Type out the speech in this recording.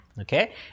Okay